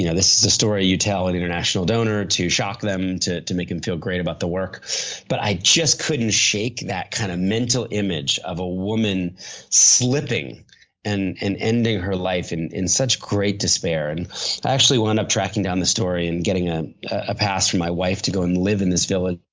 you know this is a story you tell an international donor to shock them to to make them feel great about the work but i just couldn't shake that kind of mental image of a woman slipping and and ending her life in in such great despair. i actually wound up tracking down the story and getting ah a pass for my wife to go and live in this village.